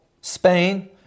Spain